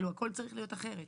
כאילו, הכל צריך להיות אחרת.